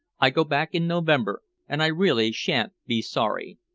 i go back in november, and i really shan't be sorry.